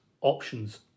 options